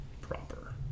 proper